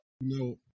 no